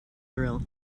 thrill